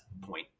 point